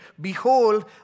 Behold